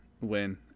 win